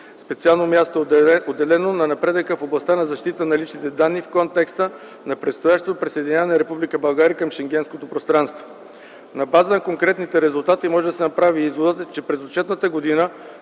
Специално място е отделено на напредъка в областта на защита на личните данни в контекста на предстоящото присъединяване на Република България към Шенгенското пространство. На база на конкретните резултати може да се направи изводът, че през отчетната година